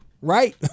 right